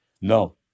No